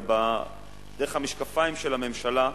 ודרך המשקפיים של הממשלה,